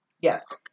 Yes